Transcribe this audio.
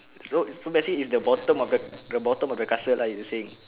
so basically is the bottom of the the bottom of the castle lah you're saying